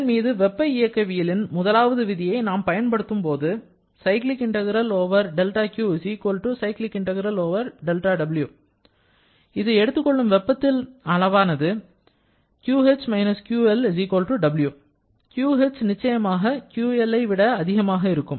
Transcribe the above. இதன் மீது வெப்ப இயக்கவியலின் முதலாவது விதியை நாம் பயன்படுத்தும்போது இது எடுத்துக் கொள்ளும் வெப்பத்தின் அளவானது QH QLW QH நிச்சயமாக QLஐ விட அதிகமாக இருக்கும்